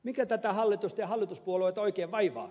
mikä tätä hallitusta ja hallituspuolueita oikein vaivaa